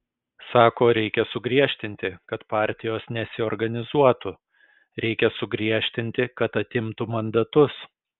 sako reikia sugriežtinti kad partijos nesiorganizuotų reikia sugriežtinti kad atimtų mandatus